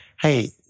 hey